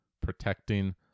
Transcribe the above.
protecting